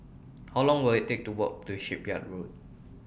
How Long Will IT Take to Walk to Shipyard Road